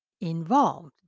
involved